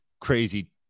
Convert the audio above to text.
crazy